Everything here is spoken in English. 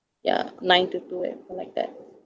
ya nine to two and four like that